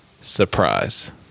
surprise